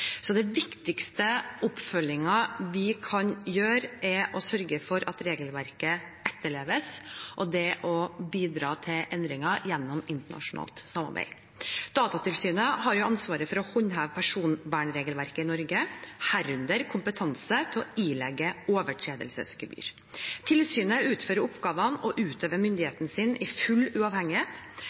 viktigste oppfølgingen vi kan gjøre, er å sørge for at regelverket etterleves, og bidra til endringer gjennom internasjonalt samarbeid. Datatilsynet har ansvaret for å håndheve personvernregelverket i Norge, herunder kompetanse til å ilegge overtredelsesgebyr. Tilsynet utfører oppgavene og utøver myndigheten sin i full uavhengighet.